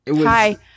Hi